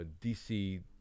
DC